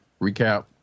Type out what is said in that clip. recap